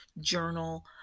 journal